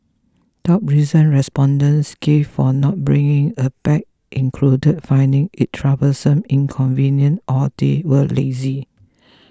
top reasons respondents gave for not bringing a bag included finding it troublesome inconvenient or they were lazy